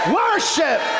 worship